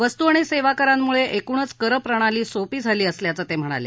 वस्तू आणि सेवाकरांमूळे एकूणच करप्रणाली सोपी झाली असल्याचं ते म्हणाले